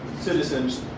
citizens